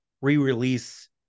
re-release